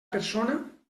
persona